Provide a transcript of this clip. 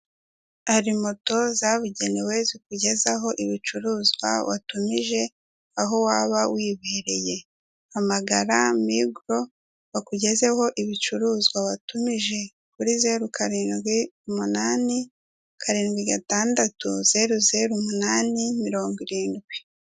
Hari moto zabugenewe zikugezaho ibicuruzwa watumije aho waba uherereye. Hamagara MIGRO bakugezeho ibicuruzwa watumije kuri zero karindwi umunani karindwi gatandatu zero zero umunani mirongo irindwi.